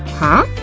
huh?